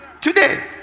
today